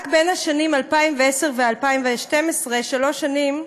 רק בשנים 2010 2012, שלוש שנים,